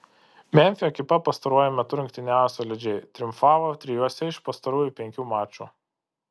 memfio ekipa pastaruoju metu rungtyniauja solidžiai triumfavo trijuose iš pastarųjų penkių mačų